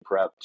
prepped